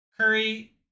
Curry